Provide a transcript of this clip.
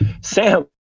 Sam